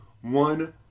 One